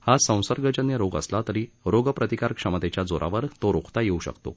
हा संसर्गजन्य रोग असला तरी रोग प्रतिकारक्षमतेच्या जोरावर तो रोखता येऊ शकतो